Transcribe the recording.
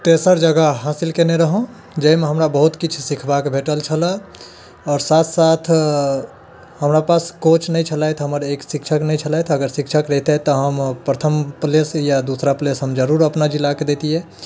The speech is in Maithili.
तेसर जगह हासिल केने रहुॅं जाहिमे हमरा बहुत किछु सीखबाक भेटल छल आओर साथ साथ हमरा पास कोच नहि छलथि हमर एक शिक्षक नहि छलथि अगर शिक्षक रहितैथि तऽ हम प्रथम प्लेस या दूसरा प्लेस हम जरूर अपना जिला के दैतिए